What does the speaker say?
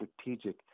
strategic